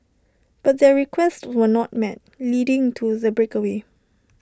but their requests were not met leading to the breakaway